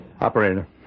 Operator